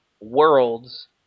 worlds